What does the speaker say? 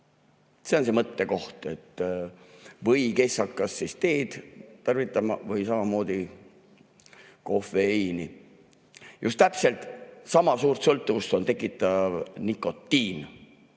See on see mõttekoht. Või kes hakkas teed tarvitama või samamoodi kofeiini? Just täpselt sama suurt sõltuvust tekitav on nikotiin.